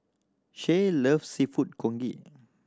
Shay loves Seafood Congee